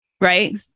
Right